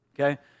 okay